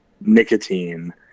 nicotine